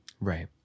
Right